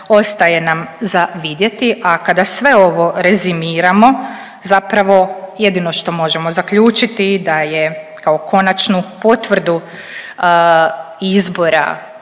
ostaje nam za vidjeti, a kada sve ovo rezimiramo, zapravo jedino što možemo zaključiti da je kao konačnu potvrdu izbora